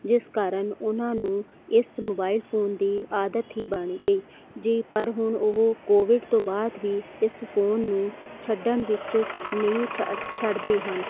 ਜਿਸ ਕਾਰਨ ਉਨਾਂ ਨੂੰ ਇਸ ਮੋਬਾਈਲ ਫੋਨ ਦੀ ਆਦਤ ਹੀ ਬਣ ਗਈ ਜੀ ਪਰ ਉਹ ਹੁਣ ਕੋਵਿਡ ਤੋਂ ਬਾਅਦ ਵੀ ਇਸ ਫੋਨ ਨੂੰ ਛੱਡਣ ਵਿੱਚ ਨਹੀਂ ਛੱ ਛੱਡਦੇ ਹਨ